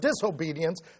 disobedience